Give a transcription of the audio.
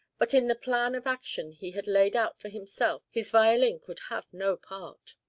but in the plan of action he had laid out for himself his violin could have no part.